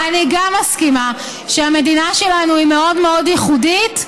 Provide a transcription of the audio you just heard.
אני גם מסכימה שהמדינה שלנו היא מאוד מאוד ייחודית,